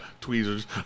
tweezers